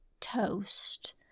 Toast